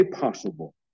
possible